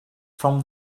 from